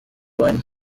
wine